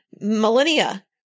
millennia